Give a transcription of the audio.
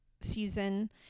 season